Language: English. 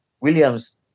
Williams